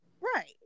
right